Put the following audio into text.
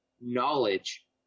knowledge